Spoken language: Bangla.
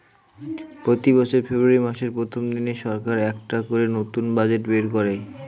প্রতি বছর ফেব্রুয়ারী মাসের প্রথম দিনে সরকার একটা করে নতুন বাজেট বের করে